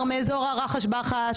בקורסי עזרה ראשונה,